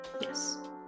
Yes